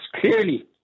clearly